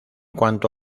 cuanto